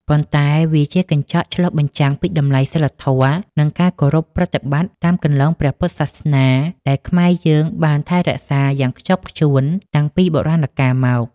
ប៉ុន្តែវាជាកញ្ចក់ឆ្លុះបញ្ចាំងពីតម្លៃសីលធម៌ និងការគោរពប្រតិបត្តិតាមគន្លងព្រះពុទ្ធសាសនាដែលខ្មែរយើងបានថែរក្សាយ៉ាងខ្ជាប់ខ្ជួនតាំងពីបុរាណកាលមក។